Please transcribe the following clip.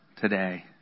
today